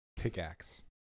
Pickaxe